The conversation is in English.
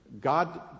God